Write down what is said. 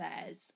says